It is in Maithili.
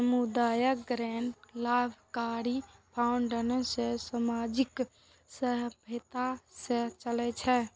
सामुदायिक गैर लाभकारी फाउंडेशन सार्वजनिक सहभागिता सं चलै छै